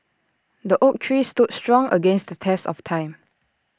the oak tree stood strong against the test of time